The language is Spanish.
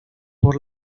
por